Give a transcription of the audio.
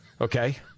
Okay